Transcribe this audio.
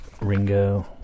Ringo